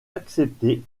accepter